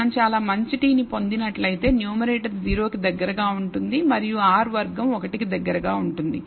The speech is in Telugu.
మనం చాలా మంచి t ని పొందినట్లయితే న్యూమరేటర్ 0 కి దగ్గరగా ఉంటుంది మరియు R వర్గం 1 కి దగ్గరగా ఉంటుంది